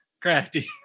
Crafty